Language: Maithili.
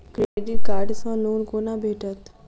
क्रेडिट कार्ड सँ लोन कोना भेटत?